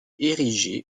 érigée